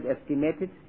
estimated